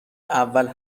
اول